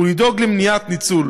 ולדאוג למניעת ניצול.